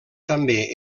també